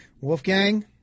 Wolfgang